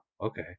Okay